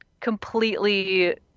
completely